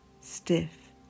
stiff